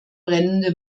brennende